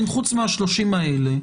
חוץ מ-30% האלה,